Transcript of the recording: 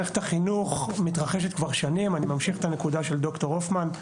אני ממשיך את הנקודה של דוקטור הופמן,